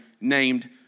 named